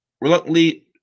reluctantly